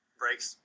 breaks